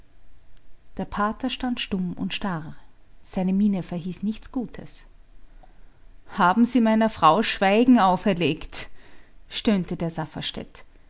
der pater stand stumm und starr seine miene verhieß nichts gutes haben sie meiner frau schweigen auferlegt stöhnte der